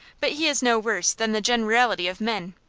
but he is no worse than the generality of men.